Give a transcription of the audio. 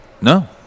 No